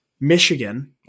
Michigan